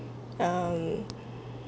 um